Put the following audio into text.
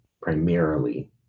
primarily